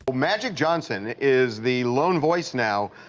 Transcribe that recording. but magic johnson is the lone voice now,